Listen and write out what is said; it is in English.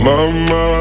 Mama